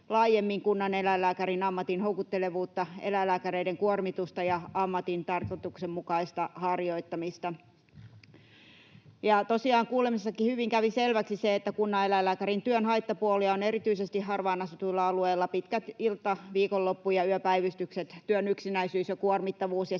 laajemmin kunnaneläinlääkärin ammatin houkuttelevuutta, eläinlääkäreiden kuormitusta ja ammatin tarkoituksenmukaista harjoittamista. Tosiaan kuulemisessakin hyvin kävi selväksi se, että kunnaneläinlääkärin työn haittapuolia on erityisesti harvaan asutuilla alueilla: pitkät ilta-, viikonloppu- ja yöpäivystykset, työn yksinäisyys ja kuormittavuus ja